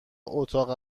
اتاق